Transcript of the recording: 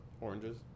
Oranges